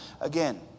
again